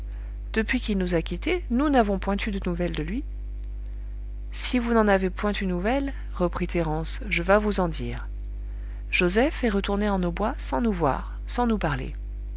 depuis qu'il nous a quittés nous n'avons point eu de nouvelles de lui si vous n'en avez point eu nouvelles reprit thérence je vas vous en dire joseph est retourné en nos bois sans nous voir sans nous parler